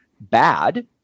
bad